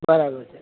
બરાબર છે